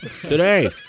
today